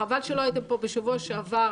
חבל שלא הייתם פה בשבוע שעבר,